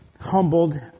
humbled